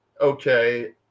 okay